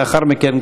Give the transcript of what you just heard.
לאחר מכן,